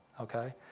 Okay